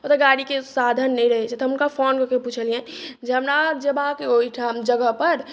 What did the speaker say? ओतय गाड़ीके साधन नहि रहैत छै तऽ हम हुनका फोन कऽ के पुछलियैन जे हमरा जयबाक अइ ओहिठाम जगहपर